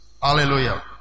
Hallelujah